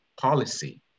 policy